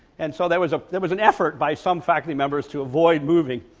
and so there was a there was an effort by some faculty members to avoid moving,